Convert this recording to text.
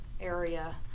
area